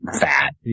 Fat